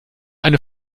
eine